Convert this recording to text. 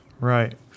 Right